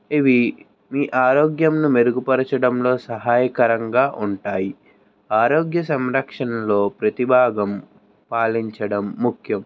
ఇవి మీ ఆరోగ్యంను మెరుగుపరచడంలో సహాయకరంగా ఉంటాయి ఆరోగ్య సంరక్షణలో ప్రతిభాగం పాలించడం ముఖ్యం